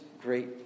great